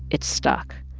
it stuck.